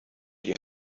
die